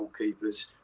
goalkeepers